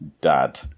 dad